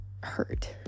hurt